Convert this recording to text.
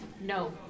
No